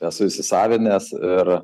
esu įsisavinęs ir